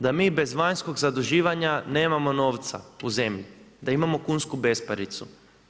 Da mi bez vanjskog zaduživanja nemamo novca u zemlji, da imamo kunsku besparicu.